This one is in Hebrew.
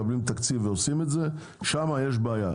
הן מקבלות תקציב ועושות את זה, ושם יש בעיה.